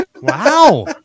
Wow